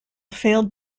failed